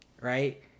right